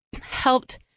helped